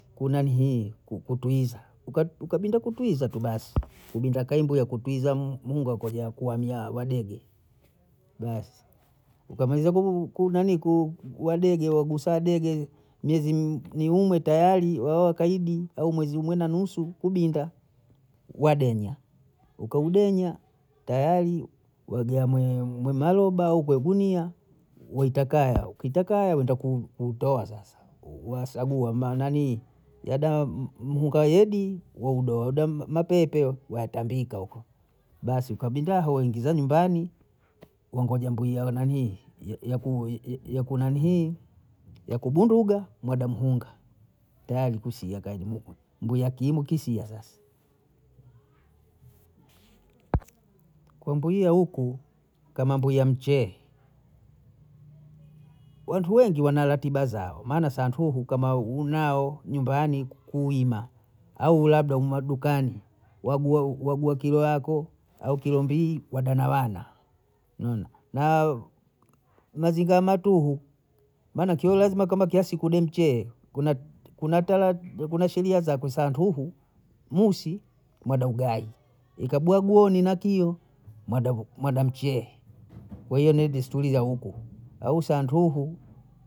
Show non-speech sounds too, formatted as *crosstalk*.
Kunani hii kutuiza, *hesitation* ukabunde kutuiza tu basi, ubunjakaimbuya kutuiza *hesitation* mungo akolya kuamyaa wadebe, basi ukamwiza *hesitation* wadege wagusa bege, miezi *hesitation* miumwe tayari wa wakaidi, au mwezi umwe na nusu kubinda, wadenya ukaudenya, tayari wajaa *hesitation* mwemaroba au kwe gunia waita kaya, ukiita kaya wenda *hesitation* kuutoa sasa, wasagua manani, yaba *hesitation* mhunga yedi waudoa wadani mapepe watambika huko, basi ukabinda hoi ingiza nyumbani, wangoja mbwia wa nani *hesitation* ya kunanihii ya kubunduga mwadamu hunga, tayari kusia kazi mukwe, mbuyakimu kisia sasa. Kumbwiya huku kama mbuya mcheye, wantu wengi wana ratiba zao, maana santuhu kama unao nyumbani kuima, au labda umadukani wagua kilo yako au kilo mbili, wada na wana, *hesitation* nao maziga matuhu, maana kio lazima kila siku ude mcheye, *hesitation* kuna sheria za kusantuhu, musi mwada ugayi, ikadagwuo nina kiu. mada *hesitation* mcheye, kwahiyo ni desturi za huku, au santuhu